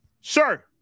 Sir –